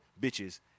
bitches